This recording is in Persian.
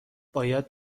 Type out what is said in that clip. باید